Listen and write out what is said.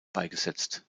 beigesetzt